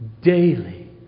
daily